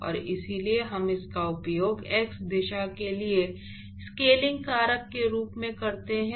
और इसलिए हम इसका उपयोग x दिशा के लिए स्केलिंग कारक के रूप में करते हैं